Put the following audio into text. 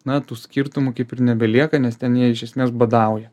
na tų skirtumų kaip ir nebelieka nes ten jie iš esmės badauja